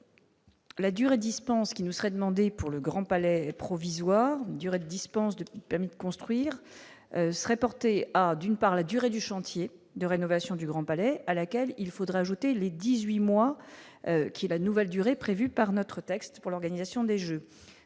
: la durée dispense qui nous serait demandé pour le Grand Palais provisoire du dispense de permis de construire, serait porté à d'une part, la durée du chantier de rénovation du Grand Palais, à laquelle il faudra ajouter les 18 mois qui est la nouvelle durée prévue par notre texte pour l'organisation des Jeux,